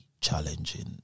challenging